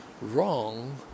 wrong